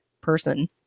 person